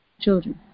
children